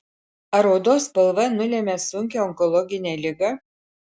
ar odos spalva nulemia sunkią onkologinę ligą